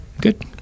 Good